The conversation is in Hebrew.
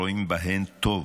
רואים בהן טוב.